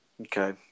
Okay